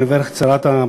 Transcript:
אני מברך את שרת הבריאות